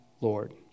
Lord